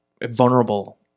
vulnerable